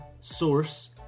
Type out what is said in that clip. source